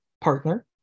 partner